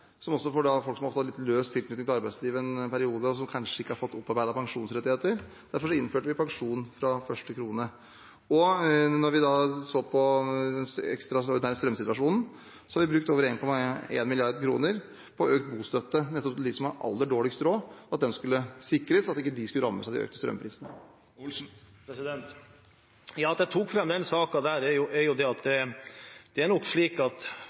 som også er for folk som ofte har en litt løs tilknytning til arbeidslivet i en periode, og som kanskje ikke har fått opparbeidet pensjonsrettigheter. Derfor innførte vi pensjon fra første krone. Og da vi så den ekstraordinære strømprissituasjonen, brukte vi over 1,1 mrd. kr på økt bostøtte nettopp til dem som har aller dårligst råd, for at de skulle sikres, for at de ikke skulle rammes av de økte strømprisene. Grunnen til at jeg tok opp denne saken, er at for mange som har lite i utgangspunktet og kanskje har noen behovsprøvde ytelser fra staten, er det slik at